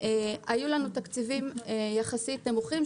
היו לנו תקציבים יחסית נמוכים,